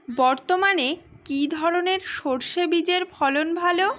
বর্তমানে কি ধরনের সরষে বীজের ফলন ভালো?